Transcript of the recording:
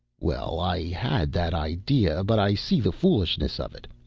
well, i had that idea but i see the foolishness of it.